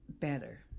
better